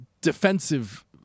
defensive